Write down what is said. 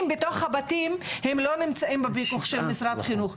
בתוך הבתים הם לא נמצאים בפיקוח של משרד החינוך.